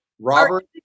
robert